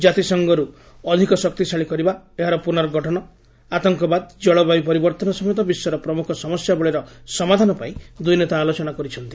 ଜାତିସଂଘକୁ ଅଧିକ ଶକ୍ତିଶାଳୀ କରିବା ଏହାର ପୁନର୍ଗଠନ ଆତଙ୍କବାଦ ଜଳବାୟୁ ପରିବର୍ତ୍ତନ ସମେତ ବିଶ୍ୱର ପ୍ରମୁଖ ସମସ୍ୟାବଳୀର ସମାଧାନ ପାଇଁ ଦୁଇ ନେତା ଆଲୋଚନା କରିଚ୍ଛନ୍ତି